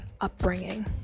upbringing